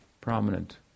prominent